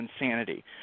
insanity